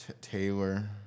taylor